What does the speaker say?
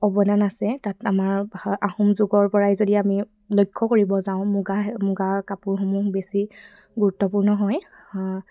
অৱদান আছে তাত আমাৰ আহোম যুগৰ পৰাই যদি আমি লক্ষ্য কৰিব যাওঁ মুগা মুগাৰ কাপোৰসমূহ বেছি গুৰুত্বপূৰ্ণ হয়